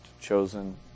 chosen